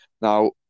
Now